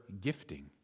gifting